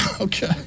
Okay